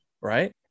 Right